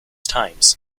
times